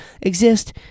exist